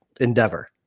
endeavor